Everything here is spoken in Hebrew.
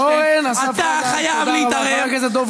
אני אומר לו: